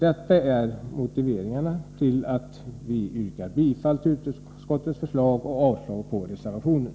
Detta är motiveringarna till att vi yrkar bifall till utskottets förslag och avslag på reservationen.